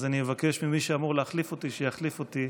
אז אני מבקש ממי שאמור להחליף אותי שיחליף אותי